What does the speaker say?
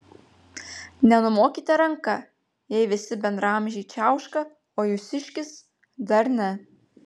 nenumokite ranka jei visi bendraamžiai čiauška o jūsiškis dar ne